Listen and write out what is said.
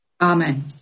Amen